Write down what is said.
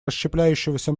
расщепляющегося